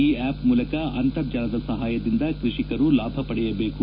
ಈ ಆಪ್ ಮೂಲಕ ಅಂತರ್ಜಾಲದ ಸಹಾಯದಿಂದ ಕೃಷಿಕರು ಲಾಭ ಪಡೆಯಬೇಕು